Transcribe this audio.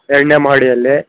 ಎರಡನೇ ಮಹಡಿಯಲ್ಲಿ